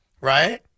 right